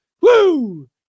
Woo